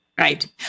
Right